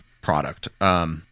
product